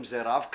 אם זה רב קו,